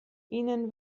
ihnen